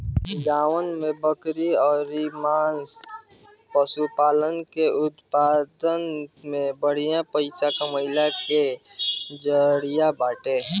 गांवन में बकरी कअ मांस पशुपालन के उत्पादन में पइसा कमइला के बढ़िया जरिया बाटे